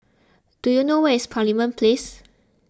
do you know where is Parliament Place